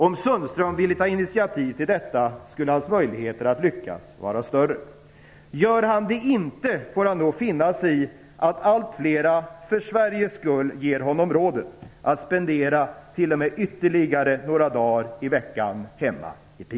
Om Anders Sundström ville ta initiativ till detta skulle hans möjligheter att lyckas vara större. Gör han det inte får han finna sig i att allt fler för Sveriges skull ger honom rådet att t.o.m. spendera ytterligare några dagar i veckan hemma i